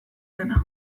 dena